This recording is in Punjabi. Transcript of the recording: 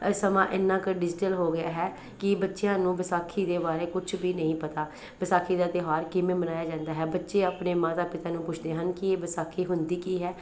ਸਮਾਂ ਇੰਨਾਂ ਕੁ ਡਿਜਟਲ ਹੋ ਗਿਆ ਹੈ ਕਿ ਬੱਚਿਆ ਨੂੰ ਵਿਸਾਖੀ ਦੇ ਬਾਰੇ ਕੁਛ ਵੀ ਨਹੀਂ ਪਤਾ ਵਿਸਾਖੀ ਦਾ ਤਿਉਹਾਰ ਕਿਵੇਂ ਮਨਾਇਆ ਜਾਂਦਾ ਹੈ ਬੱਚੇ ਆਪਣੇ ਮਾਤਾ ਪਿਤਾ ਨੂੰ ਪੁੱਛਦੇ ਹਨ ਕਿ ਇਹ ਵਿਸਾਖੀ ਹੁੰਦੀ ਕੀ ਹੈ